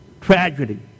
tragedy